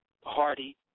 hardy